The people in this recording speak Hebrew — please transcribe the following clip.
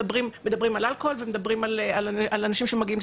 מדברים על אלכוהול ומדברים על אנשים שמגיעים עם